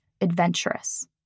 adventurous